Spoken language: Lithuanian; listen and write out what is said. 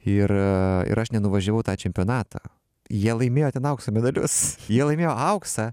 ir ir aš nenuvažiavau į tą čempionatą jie laimėjo ten aukso medalius jie laimėjo auksą